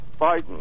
Biden